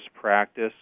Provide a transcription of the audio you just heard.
practice